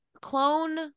clone